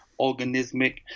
organismic